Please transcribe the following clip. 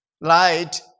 Light